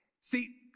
See